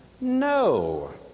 No